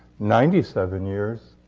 ninety seven years,